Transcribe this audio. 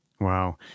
Wow